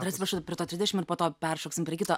dar atsiprašau prie to trisdešim ir po to peršoksim prie kito